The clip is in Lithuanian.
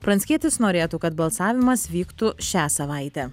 pranckietis norėtų kad balsavimas vyktų šią savaitę